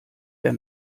der